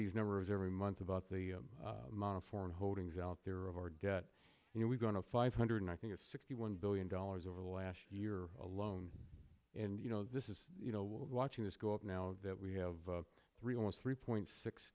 these numbers every month about the amount of foreign holdings out there or get you know we're going to five hundred i think it's sixty one billion dollars over the last year alone and you know this is you know watching this go up now that we have a real is three point six